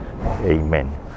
Amen